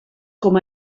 com